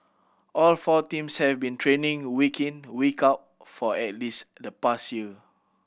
all four teams have been training week in week out for at least the past year